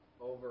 over